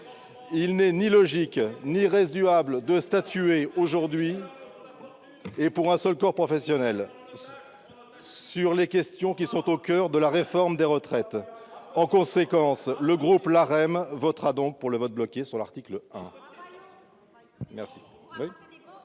Il n'est ni logique ni raisonnable de statuer aujourd'hui et pour un seul corps professionnel sur des questions qui sont au coeur de la réforme des retraites. Le groupe La République En Marche se prononce donc pour le vote bloqué sur l'article 1.